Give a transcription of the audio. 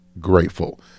grateful